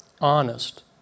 honest